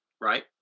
right